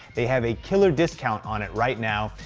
they have a killer discount on it right now.